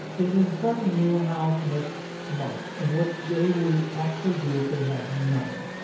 is instructing you how to make money and what they would actually do if they had nothing.